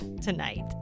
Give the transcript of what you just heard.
tonight